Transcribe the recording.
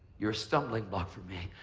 you're a stumbling block for me.